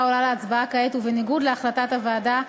עולה להצבעה כעת ובניגוד להחלטת הוועדה,